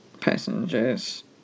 passengers